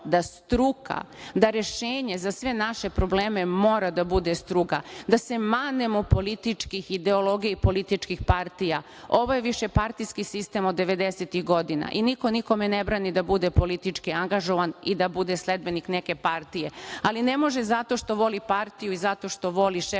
da se zalažemo da rešenje za sve naše probleme mora da bude struka, da se manemo političkih ideologija i političkih partija. Ovo je višepartijski sistem od 90-ih godina i niko nikome ne brani da bude politički angažovan i da bude sledbenik neke partije, ale ne može zato što voli partiju i zato što voli šefa